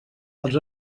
als